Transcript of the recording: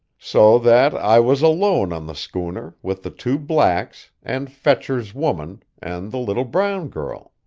so that i was alone on the schooner, with the two blacks, and fetcher's woman, and the little brown girl.